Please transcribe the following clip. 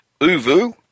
Uvu